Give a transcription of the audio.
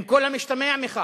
עם כל המשתמע מכך.